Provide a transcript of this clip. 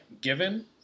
given